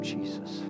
Jesus